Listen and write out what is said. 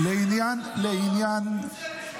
אתה תצא.